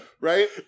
Right